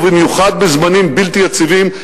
ובמיוחד בזמנים בלתי יציבים,